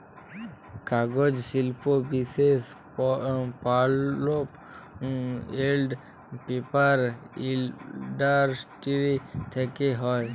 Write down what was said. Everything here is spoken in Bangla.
কাগজ শিল্প বিশেষ পাল্প এল্ড পেপার ইলডাসটিরি থ্যাকে হ্যয়